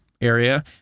area